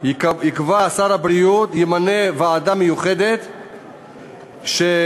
יקבע שר הבריאות, ימנה ועדה מיוחדת שתפרט